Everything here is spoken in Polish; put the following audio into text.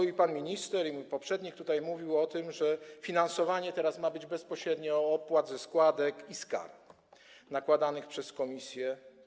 Mówił pan minister i mój poprzednik mówił o tym, że finansowanie teraz ma być bezpośrednio z opłat, ze składek i z kar nakładanych przez komisję.